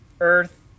Earth